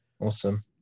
Awesome